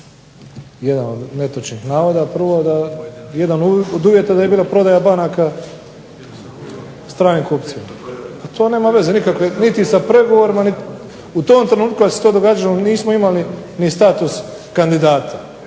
jedan od netočnih navoda. Prvo da je jedan od uvjeta da je bila prodaja banaka stranim kupcima. Pa to nema veze nikakve niti sa pregovorima niti, u tom trenutku kad se to događalo nismo imali ni status kandidata,